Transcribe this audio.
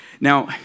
Now